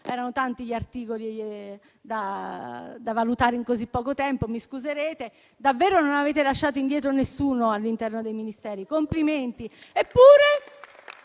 erano tanti gli articoli da valutare in così poco tempo, pertanto mi scuserete. Davvero non avete lasciato indietro nessuno all'interno dei Ministeri. Complimenti!